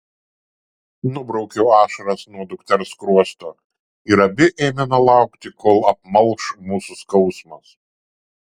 nubraukiau ašaras nuo dukters skruosto ir abi ėmėme laukti kol apmalš mūsų skausmas